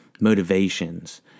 motivations